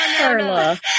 Carla